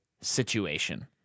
situation